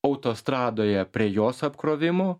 autostradoje prie jos apkrovimo